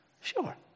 sure